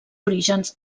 orígens